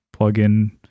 plugin